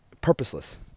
purposeless